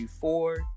four